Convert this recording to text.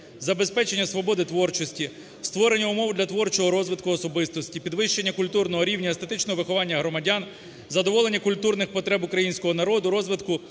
забезпечення свободи творчості, створення умов для творчого розвитку особистості, підвищення культурного рівня, естетичного виховання громадян, задоволення культурних потреб українського народу, розвитку